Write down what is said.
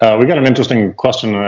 we've got an interesting question,